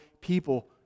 people